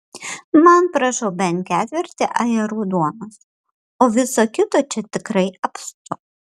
man prašau bent ketvirtį ajerų duonos o viso kito čia tikrai apstu